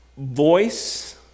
voice